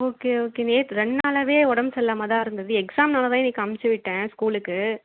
okay okay நேத்து ரெண்டு நாளாகவே உடம்பு சரி இல்லாமல் தான் இருந்தது எக்ஸாம்னால் தான் இன்றைக்கி அமுச்சு விட்டேன் ஸ்கூலுக்கு